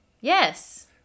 Yes